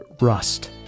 Rust